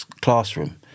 classroom